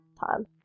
time